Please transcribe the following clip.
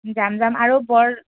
যাম যাম আৰু বৰ